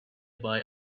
buy